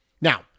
now